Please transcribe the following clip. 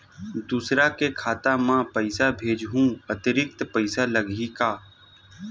दूसरा के खाता म पईसा भेजहूँ अतिरिक्त पईसा लगही का?